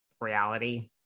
reality